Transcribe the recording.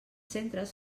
centres